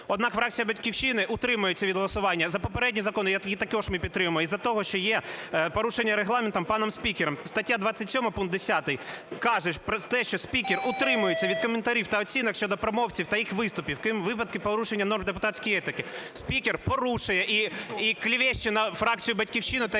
Однак фракція "Батьківщина" утримується від голосування і за попередні закони, які також ми підтримуємо, з-за того, що є порушення Регламенту паном спікером. Стаття 27, пункт 10 каже про те, що спікер утримується від коментарів та оцінок щодо промовців та їх виступів крім випадків порушення норм депутатської етики. Спікер порушує і "клевеще" на фракцію "Батьківщина" та її